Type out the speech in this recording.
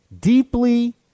deeply